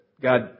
God